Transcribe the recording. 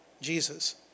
Jesus